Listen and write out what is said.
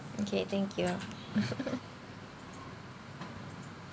okay thank you